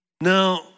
Now